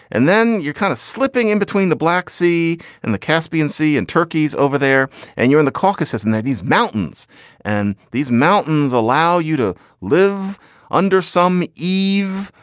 and then you're kind of slipping in between the black sea and the caspian sea. and turkey's over there and you're in the caucasus and that these mountains and these mountains allow you to live under some eve,